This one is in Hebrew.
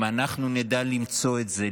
אם אנחנו נדע למצוא את זה,